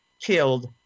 killed